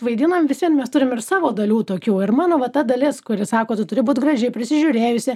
vaidinam visi mes turim ir savo dalių tokių ir mano va ta dalis kuri sako tu turi būt graži prisižiūrėjusi